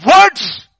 words